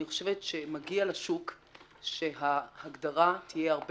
אני חושבת שמגיע לשוק שההגדרה תהיה הרבה